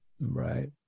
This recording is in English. Right